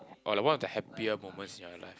or like one of the happier moments in your life